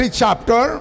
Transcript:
chapter